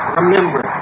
remember